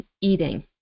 eating